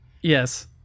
Yes